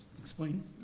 explain